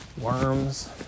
worms